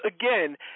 again